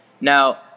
Now